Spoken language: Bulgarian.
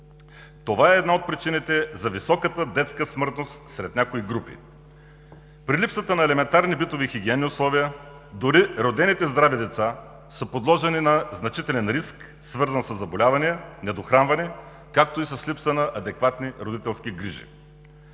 Това е една от причините за високата детска смъртност сред някои групи. При липсата на елементарни битови и хигиенни условия дори родените здрави деца са подложени на значителен риск, свързан със заболявания, недохранване, както и с липса на адекватни родителски грижи.